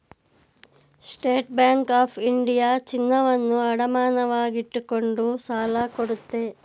state bank of India ಚಿನ್ನವನ್ನು ಅಡಮಾನವಾಗಿಟ್ಟುಕೊಂಡು ಸಾಲ ಕೊಡುತ್ತೆ